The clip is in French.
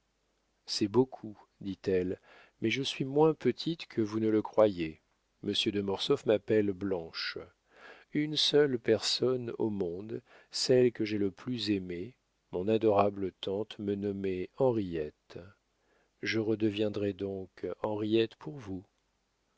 c'est beaucoup dit-elle mais je suis moins petite que vous ne le croyez monsieur de mortsauf m'appelle blanche une seule personne au monde celle que j'ai le plus aimée mon adorable tante me nommait henriette je redeviendrai donc henriette pour vous